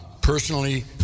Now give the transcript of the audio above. Personally